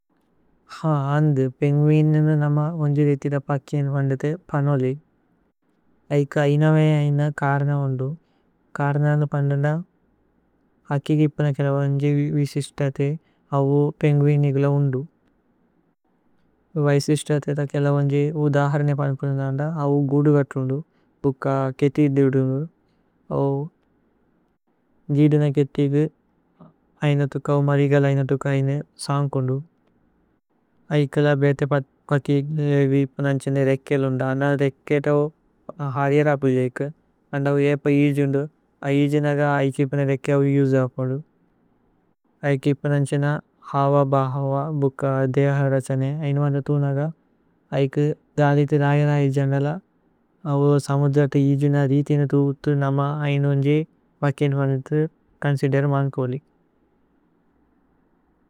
ഹാ അന്ദു പേന്ഗുഇനേന്ദു നമ ഉന്ജേ രേഥിത പകിഏന് വന്ദതു പനോലേഗ് ഐക് ഐന വേന ഐന കര്ന വന്ദു। കര്ന അന്ദു പന്ദുന്ദ പകികിപന കേല വന്ജേ വിസിസ് തേതേ അവോ പേന്ഗുഇനേഗ്ല വന്ദു വൈസിസ് തേതേ കേല। വന്ജേ ഉദഹരനേ പനുപേന്ദു വന്ദ അവോ। ഗുദു കതു വന്ദു ഭുക കേതി ഇധിദു വന്ദു അവോ ഇധിദു। ന കേതിഗു ഐന തുക്ക അവോ മരിഗല ഐന തുക്ക ഐന। സന്കുന്ദു ഐകേല ബേതേ പകിലേ ഇപനന്ഛേനേ രേക്കേ। ലുന്ദ അന രേക്കേത ഹോ ഹരിഏര അപുലേക്കു അന്ദ ഹോ। ഇഏപ ഇല്ജുന്ദു അ ഇല്ജനഗ അ ഇകിപന രേക്കേ അവോ। ഇഉജപുന്ദു അ ഇകിപനന്ഛേന ഹവ ബഹവ ബുക ദേഹ। രഛനേ ഐന വന്ദതു നഗ ഐകു ദാലിഥു ദായന। ഐജന്ദല അവോ സമുധതു ഇജുന രീഥിനു ഥുവുഥു। നമ ഐന ഉന്ജേ വകിന് വനുഥു കന്സിദേര മന്പുരി।